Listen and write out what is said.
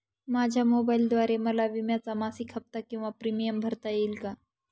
माझ्या मोबाईलद्वारे मला विम्याचा मासिक हफ्ता किंवा प्रीमियम भरता येईल का?